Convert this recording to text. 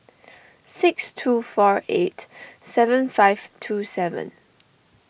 six two four eight seven five two seven